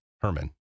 Herman